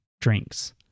drinks